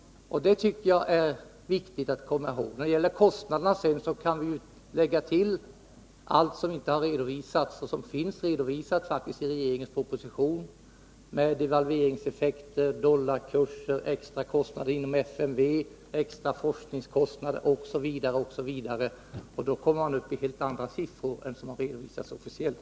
Det tycker jag är viktigt att komma ihåg. När det gäller kostnaderna kan vi ju lägga till allt som inte har redovisats och allt som finns redovisat i regeringens proposition med devalveringseffekter, dollarkurser, extra kostnader inom FMV, extra forskningskostnader osv. Då kommer vi upp i helt andra siffror än de som har redovisats officiellt.